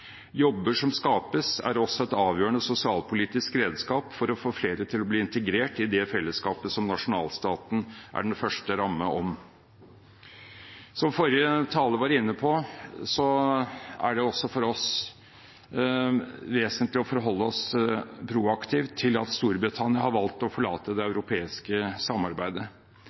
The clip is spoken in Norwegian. Jobber som skapes, er også et avgjørende sosialpolitisk redskap for å få flere til å bli integrert i det fellesskapet som nasjonalstaten er den første rammen om. Som forrige taler var inne på, er det også for oss vesentlig å forholde oss proaktivt til at Storbritannia har valgt å forlate det europeiske samarbeidet.